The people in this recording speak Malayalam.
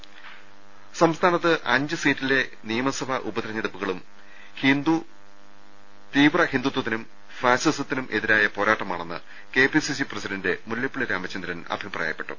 ് സംസ്ഥാനത്ത് അഞ്ച് സീറ്റിലെ നിയമസഭാ ഉപതെരഞ്ഞെടുപ്പു കളും തീവ്ര ഹിന്ദുത്പത്തിനും ഫാസിസത്തിനുമെതിരായ പോരാട്ടമാണെന്ന് K P C C president Mullappally Ramachandran അഭിപ്രായപ്പെട്ടു